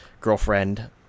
girlfriend